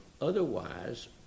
otherwise